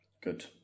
good